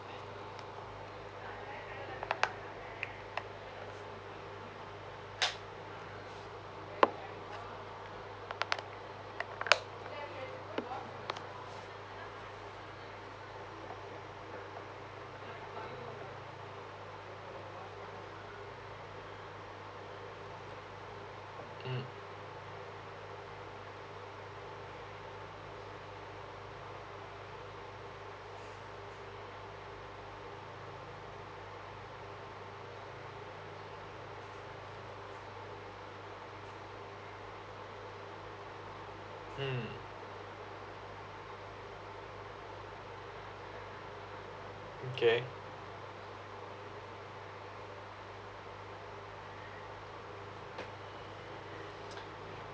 mm mm okay